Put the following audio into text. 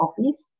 office